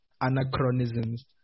anachronisms